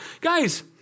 Guys